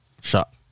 shot